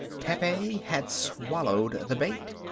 pepe had swallowed the bait.